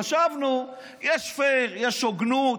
חשבנו שיש פייר, יש הוגנות.